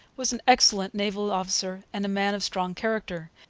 was an excellent naval officer and a man of strong character.